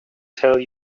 tell